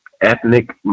ethnic